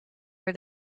were